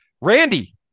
Randy